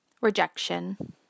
rejection